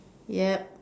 yup